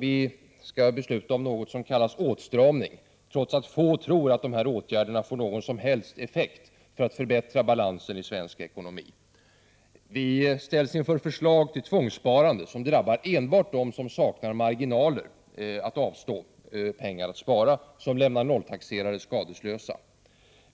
Vi skall fatta beslut om någonting som kallas åtstramning, trots att få tror att dessa åtgärder får någon som helst effekt när det gäller att förbättra balansen i svensk ekonomi. Vi ställs inför förslag till tvångssparande, som enbart drabbar dem som saknar marginaler att avstå pengar att spara och som lämnar nolltaxerare skadeslösa.